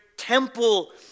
temple